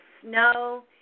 snow